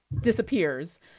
disappears